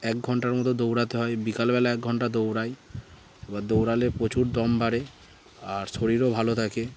এক ঘণ্টার মতো দৌড়াতে হয় বিকালবেলা এক ঘণ্টা দৌড়াই এবার দৌড়ালে প্রচুর দম বাড়ে আর শরীরও ভালো থাকে